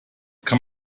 kann